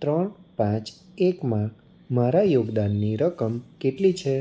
ત્રણ પાંચ એકમાં મારા યોગદાનની રકમ કેટલી છે